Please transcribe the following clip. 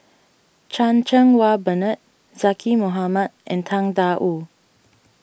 Chan Cheng Wah Bernard Zaqy Mohamad and Tang Da Wu